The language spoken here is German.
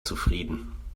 zufrieden